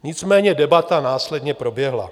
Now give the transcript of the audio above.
Nicméně debata následně proběhla.